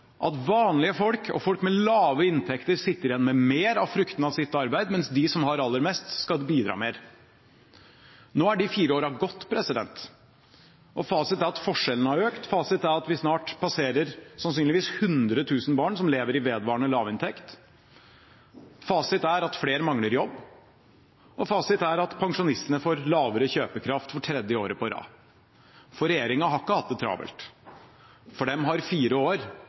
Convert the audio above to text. at vanlige folk og folk med lave inntekter sitter igjen med mer av fruktene av sitt arbeid, mens de som har aller mest, skal bidra mer. Nå er de fire årene gått, og fasit er at forskjellene har økt. Fasit er at vi snart sannsynligvis passerer 100 000 barn som lever i vedvarende lavinntekt. Fasit er at flere mangler jobb, og fasit er at pensjonistene får lavere kjøpekraft for tredje år på rad. Regjeringen har ikke hatt det travelt. For dem har fire år